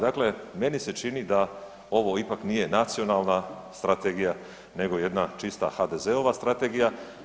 Dakle, meni se čini da ovo ipak nije nacionalna strategija, nego jedna čisto HDZ-ova strategija.